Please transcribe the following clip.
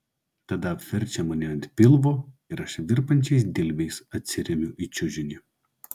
tada apverčia mane ant pilvo ir aš virpančiais dilbiais atsiremiu į čiužinį